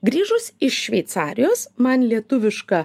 grįžus iš šveicarijos man lietuviška